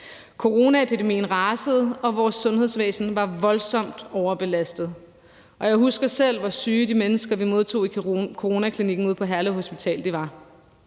Coronaepidemien rasede, og vores sundhedsvæsen var voldsomt overbelastet, og jeg husker selv, hvor syge de mennesker, vi modtog i coronaklinikken ude på Herlev Hospital, var.